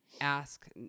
ask